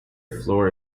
floor